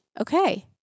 Okay